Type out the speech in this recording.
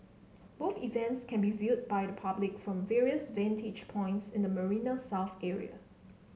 both events can be viewed by the public from various vantage points in the Marina South area